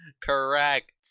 correct